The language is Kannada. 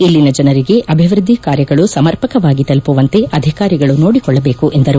ಇಲ್ಲಿನ ಜನರಿಗೆ ಅಭಿವೃದ್ಧಿ ಕಾರ್ಯಗಳು ಸಮರ್ಪಕವಾಗಿ ತಲುಮವಂತೆ ಅಧಿಕಾರಿಗಳು ನೋಡಿಕೊಳ್ಳಬೇಕೆಂದರು